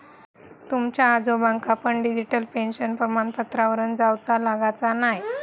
तुमच्या आजोबांका पण डिजिटल पेन्शन प्रमाणपत्रावरून जाउचा लागाचा न्हाय